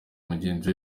mugenzi